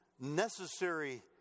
necessary